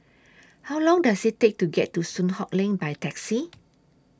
How Long Does IT Take to get to Soon Hock Lane By Taxi